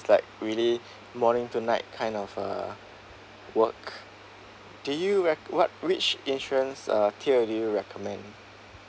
like really morning to night kind of uh work do you rec~ what which insurance uh tier do you recommend